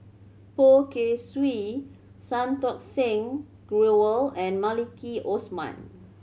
Poh Kay Swee Santokh Singh Grewal and Maliki Osman